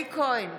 אלי כהן,